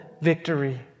victory